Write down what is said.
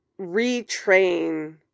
retrain